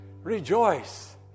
rejoice